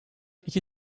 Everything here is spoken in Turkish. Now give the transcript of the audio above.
iki